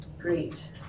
Great